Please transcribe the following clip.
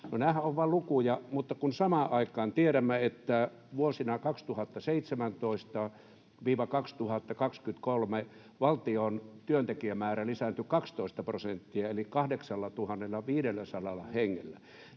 nämähän ovat vain lukuja, mutta kun samaan aikaan tiedämme, että vuosina 2017—2023 valtion työntekijämäärä lisääntyi 12 prosenttia eli 8 500 hengellä,